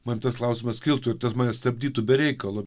man tas klausimas kiltų ir tas mane stabdytų be reikalo